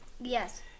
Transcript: Yes